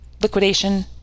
liquidation